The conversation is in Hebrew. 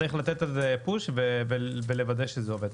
וצריך לתת לזה "פוש" ולוודא שזה עובד.